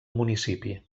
municipi